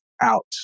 out